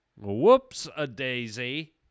Whoops-a-daisy